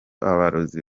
abarozi